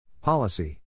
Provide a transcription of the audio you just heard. Policy